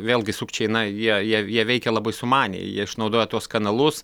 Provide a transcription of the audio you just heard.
vėlgi sukčiai na jie jie jie veikia labai sumaniai jie išnaudoja tuos kanalus